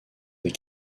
des